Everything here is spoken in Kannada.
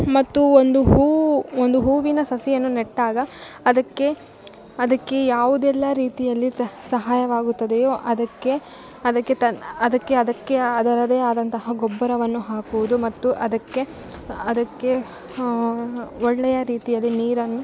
ಮತ್ತು ಒಂದು ಹೂವು ಒಂದು ಹೂವಿನ ಸಸಿಯನ್ನು ನೆಟ್ಟಾಗ ಅದಕ್ಕೆ ಅದಕ್ಕೆ ಯಾವುದೆಲ್ಲ ರೀತಿಯಲ್ಲಿ ತ ಸಹಾಯವಾಗುತ್ತದೆಯೋ ಅದಕ್ಕೆ ಅದಕ್ಕೆ ತನ್ನ ಅದಕ್ಕೆ ಅದಕ್ಕೆ ಅದರದೇ ಆದಂತಹ ಗೊಬ್ಬರವನ್ನು ಹಾಕುವುದು ಮತ್ತು ಅದಕ್ಕೆ ಅದಕ್ಕೆ ಒಳ್ಳೆಯ ರೀತಿಯಲ್ಲಿ ನೀರನ್ನು